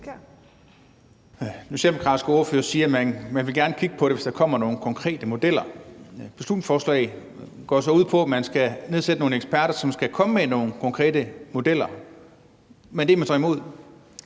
at man gerne vil kigge på det, hvis der kommer nogle konkrete modeller. Beslutningsforslaget går jo så ud på, at man skal nedsætte en gruppe med nogle eksperter, som skal komme med nogle konkrete modeller. Men det er man så imod.